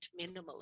minimally